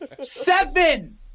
Seven